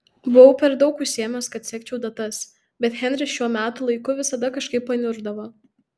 buvau per daug užsiėmęs kad sekčiau datas bet henris šiuo metų laiku visada kažkaip paniurdavo